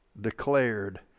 declared